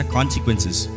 Consequences